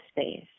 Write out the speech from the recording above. space